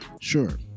Sure